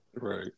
Right